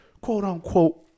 quote-unquote